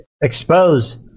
expose